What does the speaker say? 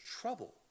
trouble